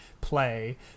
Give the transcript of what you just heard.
play